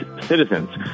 citizens